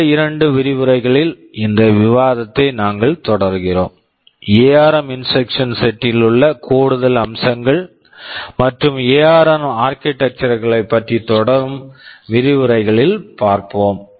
அடுத்த இரண்டு விரிவுரைகளில் இந்த விவாதத்தை நாங்கள் தொடர்கிறோம் ARM ARM instruction set instruction set ல் உள்ள கூடுதல் அம்சங்கள் மற்றும் எஆர்ம் ARM ஆர்க்கிடெக்சர் architectures களைப் பற்றி தொடரும் விரிவுரைகளில் பார்ப்போம்